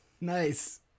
Nice